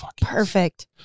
perfect